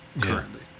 currently